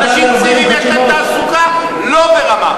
לאנשים צעירים יש תעסוקה לא ברמה.